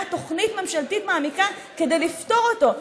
תוכנית ממשלתית מעמיקה כדי לפתור אותו.